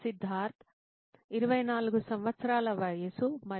సిద్ధార్థ్ 24 సంవత్సరాల వయస్సు మరియు